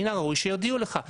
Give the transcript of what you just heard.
מן הראוי שיודיעו לך על כך.